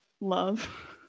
love